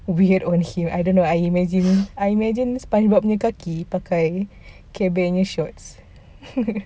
weird on him I don't know I imagine spongebob kaki pakai care bear shorts